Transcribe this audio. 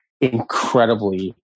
incredibly